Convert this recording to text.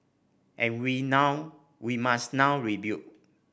and we now must now rebuild